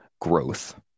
growth